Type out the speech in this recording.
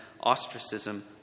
ostracism